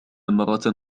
مرة